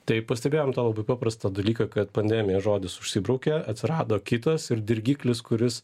tai pastebėjom tą labai paprastą dalyką kad pandemija žodis užsibraukė atsirado kitas ir dirgiklis kuris